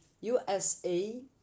USA